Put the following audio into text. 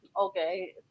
Okay